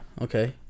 Okay